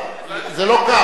זה לא קל.